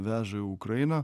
veža į ukrainą